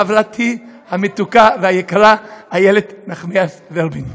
חברתי המתוקה והיקרה איילת נחמיאס ורבין.